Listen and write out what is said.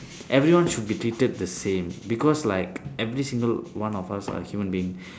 everyone should be treated the same because like every single one of us are human being